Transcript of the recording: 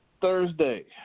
Thursday